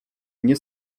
nie